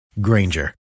Granger